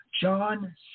John